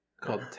called